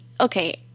Okay